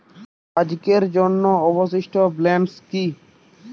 আজকের জন্য অবশিষ্ট ব্যালেন্স কি?